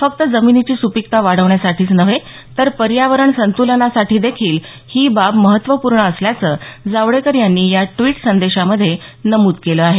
फक्त जमिनीची सुपीकता वाढवण्यासाठीच नव्हे तर पर्यावरण संतुलनासाठीदेखील ही बाब महत्त्वपूर्ण असल्याच जावडेकर यांनी या ट्विटमध्ये नमूद केलं आहे